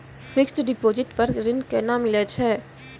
Fixed deposit पर ऋण केना मिलै छै?